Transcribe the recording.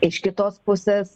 iš kitos pusės